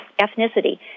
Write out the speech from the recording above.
ethnicity